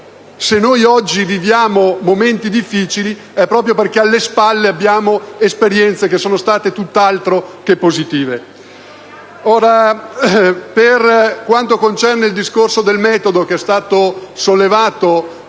se oggi viviamo momenti difficili, è proprio perché alle spalle abbiamo esperienze tutt'altro che positive.